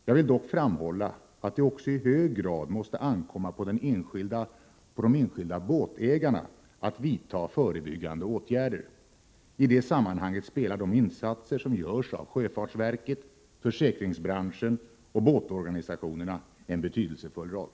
Jag vill dock framhålla att det också i hög grad måste ankomma på de enskilda båtägarna att vidta förebyggande åtgärder. I det sammanhanget spelar de insatser som görs av sjöfartsverket, försäkringsbranschen och båtorganisationerna en betydelsefull roll.